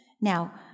Now